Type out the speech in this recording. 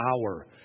hour